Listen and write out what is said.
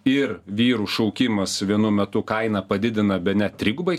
ir vyrų šaukimas vienu metu kainą padidina bene trigubai